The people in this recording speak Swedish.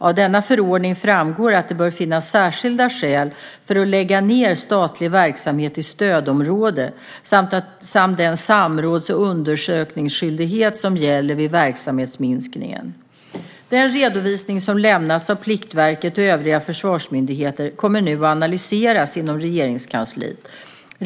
Av denna förordning framgår att det bör finnas särskilda skäl för att lägga ned statlig verksamhet i stödområde samt den samråds och undersökningsskyldighet som gäller vid verksamhetsminskningen. Den redovisning som lämnats av Pliktverket och övriga försvarsmyndigheter kommer nu att analyseras inom Regeringskansliet.